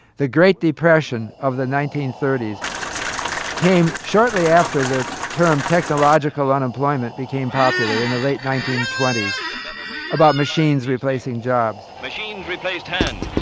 the great depression of the nineteen thirty s came shortly after the term technological unemployment became popular in the late nineteen twenty s about machines replacing jobs machines replaced hands.